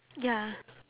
ya